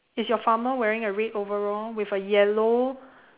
is your farmer wearing a red overall with a yellow